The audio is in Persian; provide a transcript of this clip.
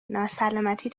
ناسلامتی